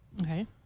Okay